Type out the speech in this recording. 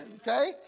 Okay